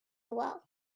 well